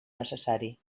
necessari